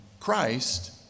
Christ